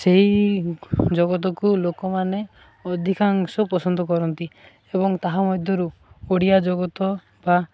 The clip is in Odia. ସେହି ଜଗତକୁ ଲୋକମାନେ ଅଧିକାଂଶ ପସନ୍ଦ କରନ୍ତି ଏବଂ ତାହା ମଧ୍ୟରୁ ଓଡ଼ିଆ ଜଗତ ବା